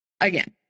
again